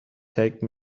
take